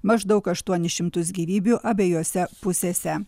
maždaug aštuonis šimtus gyvybių abiejose pusėse